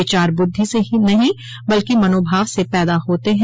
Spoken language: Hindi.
विचार बुद्धि से नहीं बल्कि मनोभाव से पैदा होते हैं